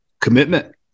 commitment